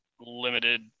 limited